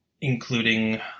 including